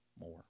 more